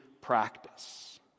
practice